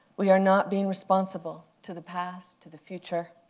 we are not being responsible to the past, to the future,